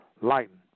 lighten